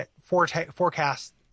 Forecast